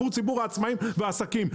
עבור ציבור העצמאים והעסקים.